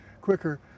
quicker